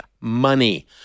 money